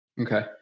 Okay